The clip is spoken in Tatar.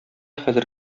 хәзер